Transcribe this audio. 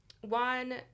one